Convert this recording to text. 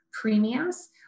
premiums